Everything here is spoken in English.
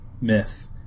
myth